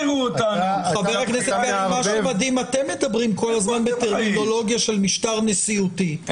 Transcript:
מה שמדהים הוא שאתם מדברים כל הזמן בטרמינולוגיה של משטר נשיאותי,